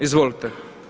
Izvolite.